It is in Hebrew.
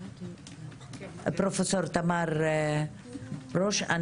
פרופ' תמר ברוש.